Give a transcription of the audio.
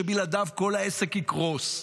שבלעדיו כל העסק יקרוס.